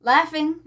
Laughing